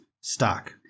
stock